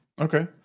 Okay